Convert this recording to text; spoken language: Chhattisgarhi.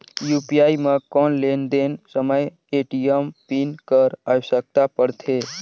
यू.पी.आई म कौन लेन देन समय ए.टी.एम पिन कर आवश्यकता पड़थे?